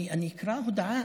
אני, אני אקרא הודעה.